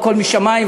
הכול משמים,